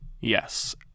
yes